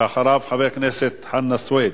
ואחריו, חבר הכנסת חנא סוייד.